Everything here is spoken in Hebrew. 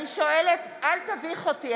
אני שואלת, אל תביך אותי.